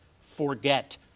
forget